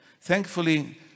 Thankfully